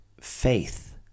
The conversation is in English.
faith